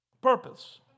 purpose